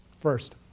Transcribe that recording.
first